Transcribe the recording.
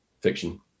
fiction